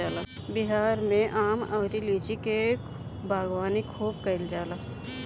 बिहार में आम अउरी लीची के बागवानी खूब कईल जाला